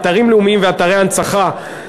אתרים לאומיים ואתרי הנצחה,